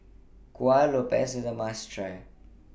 Kueh Lopes IS A must Try